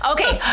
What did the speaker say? Okay